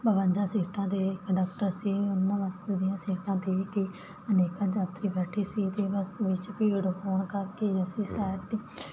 ਬਵੰਜਾ ਸੀਟਾਂ ਅਤੇ ਕੰਡਕਟਰ ਸੀ ਉਹਨਾਂ ਬੱਸ ਦੀਆਂ ਸੀਟਾਂ 'ਤੇ ਅਨੇਕਾਂ ਯਾਤਰੀ ਬੈਠੇ ਸੀ ਅਤੇ ਬੱਸ ਵਿੱਚ ਭੀੜ ਹੋਣ ਕਰਕੇ ਅਸੀਂ ਸੈਡ 'ਤੇ